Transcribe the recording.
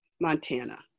Montana